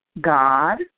God